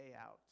out